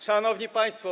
Szanowni Państwo!